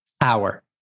hour